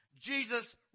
Jesus